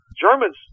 Germans